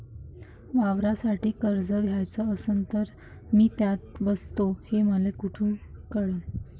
वावरासाठी कर्ज घ्याचं असन तर मी त्यात बसतो हे मले कुठ कळन?